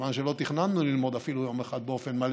כיוון שלא תכננו ללמוד אפילו יום אחד באופן מלא.